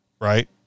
right